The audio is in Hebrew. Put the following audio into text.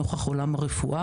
נוכח עולם הרפואה,